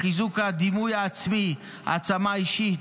לחיזוק הדימוי העצמי, העצמה אישית,